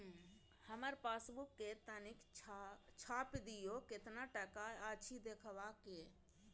हमर पासबुक के तनिक छाय्प दियो, केतना टका अछि देखबाक ये?